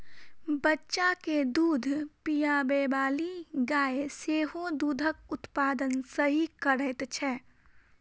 बच्चा के दूध पिआबैबाली गाय सेहो दूधक उत्पादन सही करैत छै